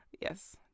yes